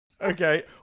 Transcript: okay